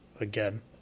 again